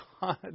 God